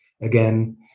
again